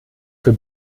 für